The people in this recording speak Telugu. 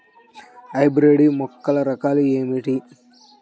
హైబ్రిడ్ మొక్కల రకాలు ఏమిటీ?